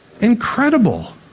incredible